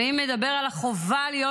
אדוני היושב-ראש,